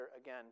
again